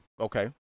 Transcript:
Okay